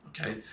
Okay